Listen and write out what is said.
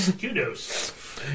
Kudos